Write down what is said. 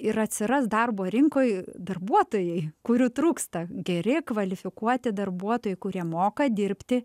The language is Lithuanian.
ir atsiras darbo rinkoj darbuotojai kurių trūksta geri kvalifikuoti darbuotojai kurie moka dirbti